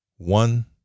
One